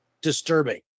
disturbing